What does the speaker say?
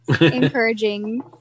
encouraging